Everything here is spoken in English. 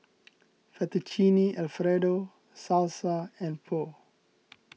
Fettuccine Alfredo Salsa and Pho